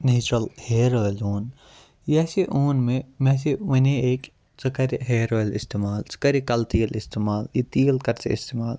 natural hair oil اوٚن یہِ سہ اوٚن مےٚ مےٚ سہِ وَنے أکۍ ژٕ کَر یہِ ہیَر اۄیل اِستعمال ژٕ کَر یہِ کَلہٕ تیٖل اِستعمال یہِ تیٖل کر ژٕ استعمال